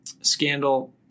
scandal